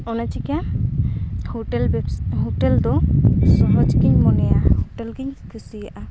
ᱚᱱᱟ ᱪᱤᱠᱟᱹ ᱦᱳᱴᱮᱞ ᱵᱮᱵᱥ ᱦᱳᱴᱮᱞ ᱫᱚ ᱢᱚᱡᱽᱜᱤᱧ ᱢᱚᱱᱮᱭᱟ ᱦᱳᱴᱮᱞᱜᱤᱧ ᱠᱩᱥᱤᱭᱟᱜᱼᱟ